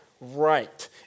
Right